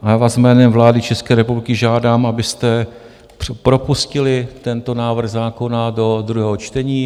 A jménem vlády České republiky vás žádám, abyste propustili tento návrh zákona do druhého čtení.